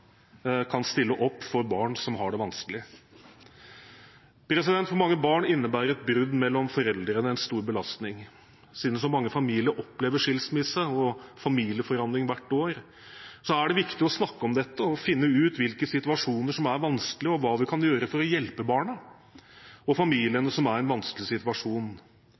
kan stille opp på for barn som har det vanskelig. For mange barn innebærer et brudd mellom foreldrene en stor belastning. Siden så mange familier opplever skilsmisse og familieforandring hvert år, er det viktig å snakke om dette og finne ut hvilke situasjoner som er vanskelige, og hva en kan gjøre for å hjelpe barna og familiene som er i en vanskelig situasjon.